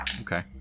Okay